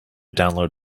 download